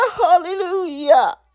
Hallelujah